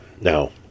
Now